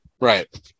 right